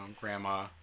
grandma